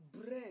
bread